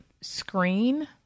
screen